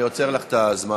אני עוצר לך את הזמן.